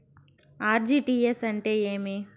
RTGS అంటే ఏమి?